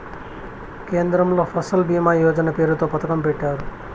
కేంద్రంలో ఫసల్ భీమా యోజన పేరుతో పథకం పెట్టారు